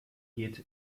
geht